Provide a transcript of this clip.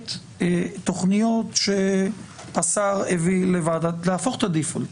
למעט תכניות שהשר הביא להפוך את הדיפולט.